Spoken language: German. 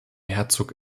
herzog